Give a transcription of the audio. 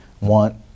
want